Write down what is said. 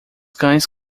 cães